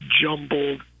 jumbled